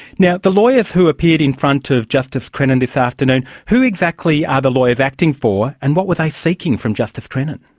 now, the lawyers who appeared in front of justice crennan this afternoon, who exactly are the lawyers acting for and what were they seeking from justice crennan?